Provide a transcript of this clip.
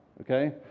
okay